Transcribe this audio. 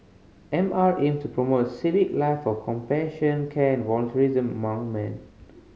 M R aims to promote a civic life of compassion care and volunteerism among man